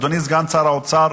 אדוני סגן שר האוצר,